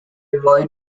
avoid